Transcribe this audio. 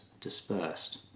dispersed